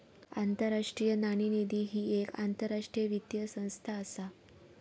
आंतरराष्ट्रीय नाणेनिधी ही येक आंतरराष्ट्रीय वित्तीय संस्था असा